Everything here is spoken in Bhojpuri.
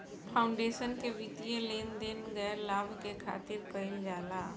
फाउंडेशन के वित्तीय लेन देन गैर लाभ के खातिर कईल जाला